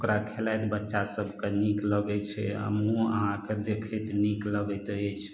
ओकरा खेलाइत बच्चा सबके नीक लगै छै आ मुँह अहाँके देखैत नीक लगैत अछि